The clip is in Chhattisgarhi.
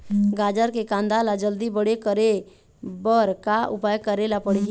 गाजर के कांदा ला जल्दी बड़े करे बर का उपाय करेला पढ़िही?